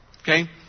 Okay